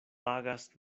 pagas